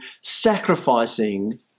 sacrificing